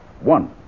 One